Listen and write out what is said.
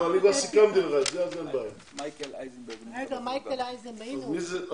מייקל אייזנברג נמצא.